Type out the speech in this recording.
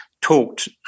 talked